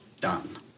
Done